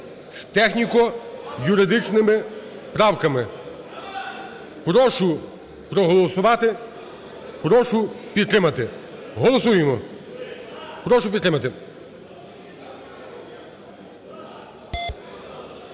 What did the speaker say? з техніко-юридичними правками. Прошу проголосувати, прошу підтримати. Голосуємо, прошу підтримати.